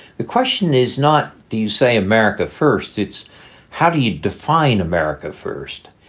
the question is not do you say america first? it's how do you define america first?